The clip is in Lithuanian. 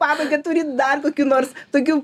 pabaigą turit dar kokių nors tokių